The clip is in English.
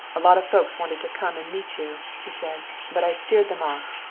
a lot of folks wanted to come and meet you, he said, but i steered them off.